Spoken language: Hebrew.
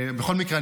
בכל מקרה,